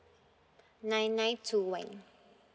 nine nine two one